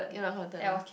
you not gonna tell her